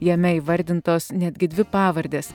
jame įvardintos netgi dvi pavardės